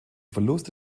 verluste